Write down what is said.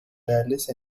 reales